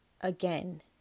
again